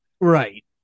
Right